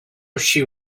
she